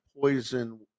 poison